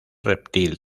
reptil